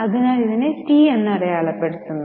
അതിനാൽ അതിനെ ടി എന്ന് അടയാളപ്പെടുത്തുന്നു